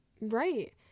right